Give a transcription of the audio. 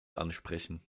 ansprechen